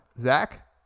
zach